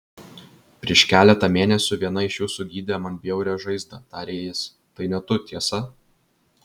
prieš keletą mėnesių viena iš jūsų gydė man bjaurią žaizdą tarė jis tai ne tu tiesa